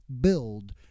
build